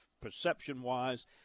perception-wise